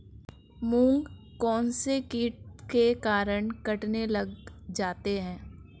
मूंग कौनसे कीट के कारण कटने लग जाते हैं?